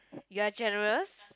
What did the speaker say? you are generous